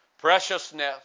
Preciousness